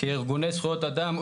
כארגוני זכויות אדם.